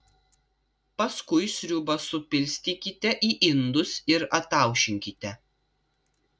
paskui sriubą supilstykite į indus ir ataušinkite